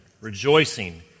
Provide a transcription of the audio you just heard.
rejoicing